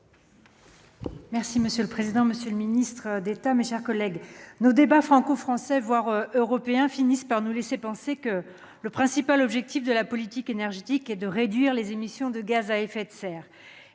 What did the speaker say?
Monsieur le président, monsieur le ministre d'État, mes chers collègues, nos débats franco-français, voire européens, finissent par nous laisser penser que le principal objectif poursuivi avec la politique énergétique est de réduire les émissions de gaz à effet de serre.